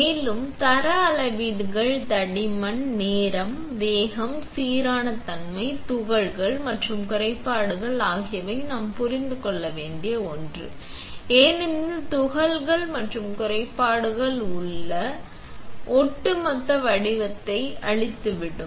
மேலும் தர அளவீடுகள் தடிமன் நேரம் வேகம் சீரான தன்மை துகள்கள் மற்றும் குறைபாடுகள் ஆகியவை நாம் புரிந்து கொள்ள வேண்டிய ஒன்று ஏனெனில் துகள்கள் மற்றும் குறைபாடுகள் உங்கள் ஒட்டுமொத்த வடிவத்தை அழித்துவிடும்